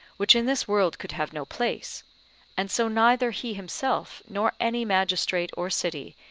which in this world could have no place and so neither he himself, nor any magistrate or city,